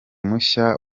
mushya